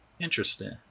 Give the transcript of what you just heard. interesting